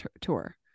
tour